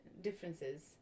differences